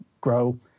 grow